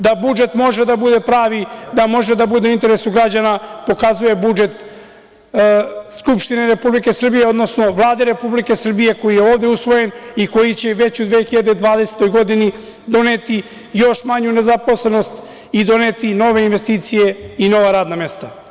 Da budžet može da bude pravi, da može da bude u interesu građana, pokazuje budžet Skupštine Republike Srbije, odnosno Vlade Republike Srbije, koji je ovde usvojen i koji će već u 2020. godini doneti još manju nezaposlenost i doneti nove investicije i nova radna mesta.